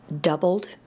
doubled